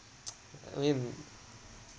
I mean